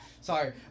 Sorry